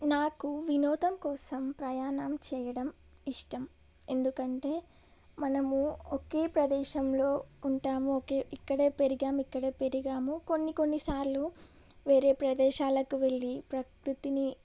నాకు వినోదం కోసం ప్రయాణం చేయడం ఇష్టం ఎందుకంటే మనము ఒకే ప్రదేశంలో ఉంటాము ఒకే ఇక్కడే పెరిగాం ఇక్కడే పెరిగాము కొన్ని కొన్ని సార్లు వేరే ప్రదేశాలకు వెళ్ళి ప్రకృతిని